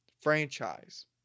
Franchise